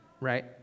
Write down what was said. right